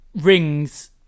rings